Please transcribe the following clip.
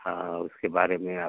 हाँ उसके बारे में आप